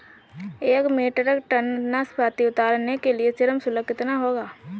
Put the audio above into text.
एक metric tonne नाशपाती उतारने का श्रम शुल्क कितना होगा?